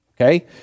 Okay